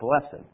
blessed